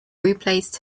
replaced